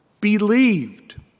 believed